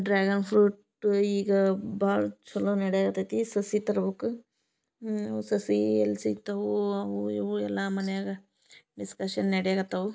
dragon fruit ಈಗ ಬಾಳ್ ಚಲೋ ನಡ್ಯಾಕತೈತಿ ಸಸಿ ತರ್ಬಕು ಸಸಿ ಎಲ್ಲಿ ಸಿಗ್ತಾವೂ ಅವು ಇವು ಎಲ್ಲಾ ಮನ್ಯಾಗ ಡಿಸ್ಕಷನ್ ನಡ್ಯಾಕತ್ತಾವು